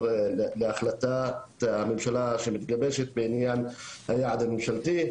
להחלטת הממשלה שמתגבשת בעניין היעד הממשלתי.